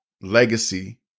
legacy